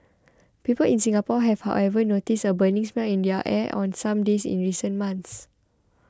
people in Singapore have however noticed a burning smell in their air on some days in recent months